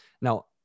Now